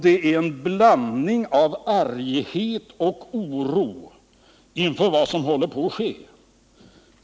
Det är en blandning av arghet och oro inför vad som håller på att ske som kommer till uttryck.